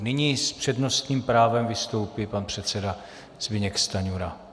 Nyní s přednostním právem vystoupí pan předseda Zbyněk Stanjura.